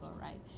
right